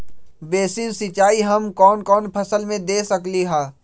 Basin सिंचाई हम कौन कौन फसल में दे सकली हां?